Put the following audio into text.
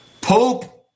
Pope